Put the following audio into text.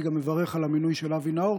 אני גם מברך על המינוי של אבי נאור.